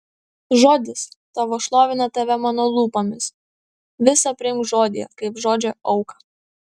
žodis tavo šlovina tave mano lūpomis visa priimk žodyje kaip žodžio auką